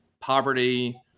poverty